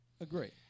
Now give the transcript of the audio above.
Agree